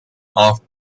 off